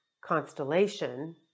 constellation